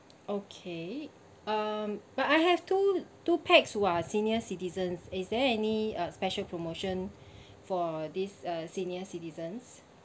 okay um but I have two two pax who are senior citizens is there any uh special promotion for this uh senior citizens